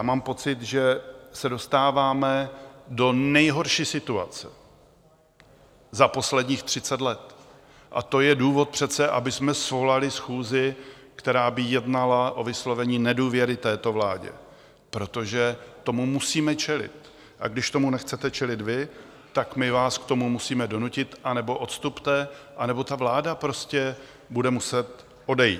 Mám pocit, že se dostáváme do nejhorší situace za posledních třicet let, a to je důvod přece, abychom svolali schůzi, která by jednala o vyslovení nedůvěry této vládě, protože tomu musíme čelit, a když tomu nechcete čelit vy, tak my vás k tomu musíme donutit, anebo odstupte, anebo ta vláda prostě bude muset odejít.